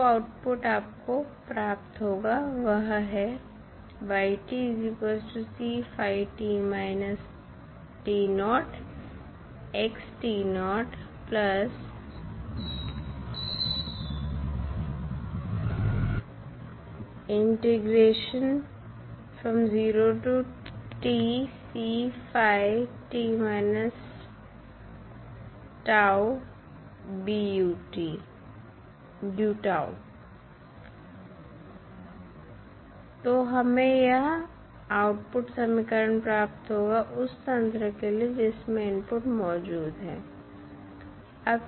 जो आउटपुट आपको प्राप्त होगा वह है So this is what we get the output equation for the system where the input is available तो हमें यह आउटपुट समीकरण प्राप्त होगा उस तंत्र के लिए जिसमें इनपुट मौजूद है